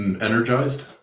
energized